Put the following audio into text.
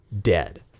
dead